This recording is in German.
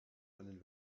einen